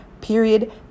Period